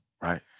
Right